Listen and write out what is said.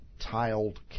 tiled